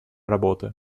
работы